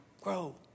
Grow